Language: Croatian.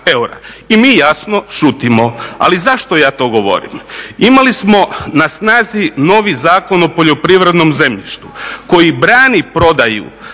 eura. I mi jasno šutimo. Ali zašto ja to govorim? Imali smo na snazi novi Zakon o poljoprivrednom zemljištu koji brani prodaju